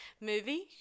movie